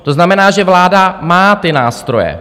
To znamená, že vláda má ty nástroje.